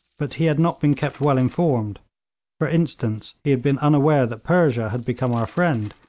but he had not been kept well informed for instance, he had been unaware that persia had become our friend,